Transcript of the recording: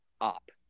up